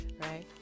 right